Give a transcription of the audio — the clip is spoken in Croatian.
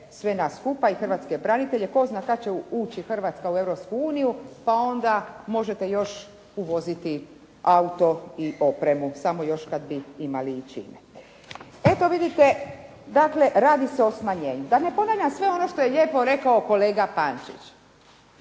sve nas skupa i hrvatske branitelje tko zna kad će ući Hrvatska ući u Europsku uniju pa onda možete još uvoziti auto i opremu, samo još kad bi imali i čime. E pa vidite, dakle radi se o smanjenju. Da ne ponavljam sve ono što je lijepo rekao kolega Pančić,